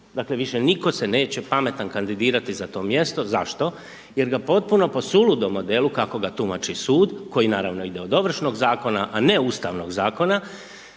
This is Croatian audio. dakle, više nitko se neće pametan kandidirati za to mjesto. Zašto? Jer ga potpuno po suludom modelu kako ga tumači Sud, koji naravno ide od Ovršnog zakona, a ne Ustavnog zakona,